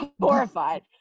horrified